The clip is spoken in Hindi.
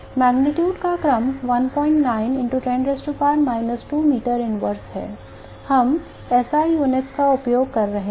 मेग्नीट्यूड का क्रम 19 x 10 2 meter inverse है हम SI इकाइयों का उपयोग कर रहे हैं